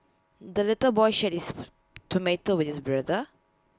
the little boy shared his tomato with his brother